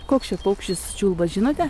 koks čia paukštis čiulba žinote